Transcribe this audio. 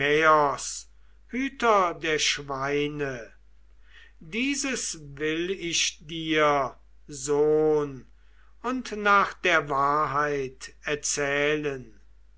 der schweine dieses will ich dir sohn und nach der wahrheit erzählen